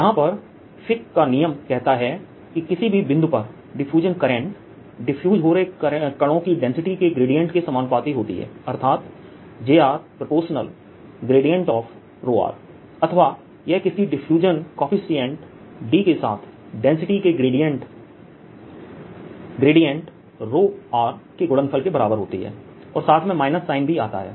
यहां पर फ़िक का नियमFick's Law कहता है कि किसी भी बिंदु पर डिफ्यूजन करंट डिफ्यूज हो रहे कणों की डेंसिटी के ग्रेडिएंट के समानुपाती होती है अर्थात j ∝ अथवा यह किसी डिफ्यूजन कॉएफिशिएंट D के साथ डेंसिटी के ग्रेडिएंट के गुणनफल के बराबर होती है और साथ में माइनस साइन भी आता है